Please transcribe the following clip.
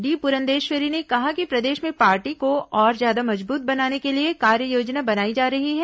D Purandeswari ने कहा कि प्रदेश में पार्टी को और ज्यादा मजबूत बनाने के लिए कार्ययोजना बनाई जा रही है